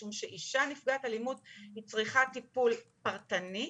משום שאישה נפגעת אלימות היא צריכה טיפול פרטני,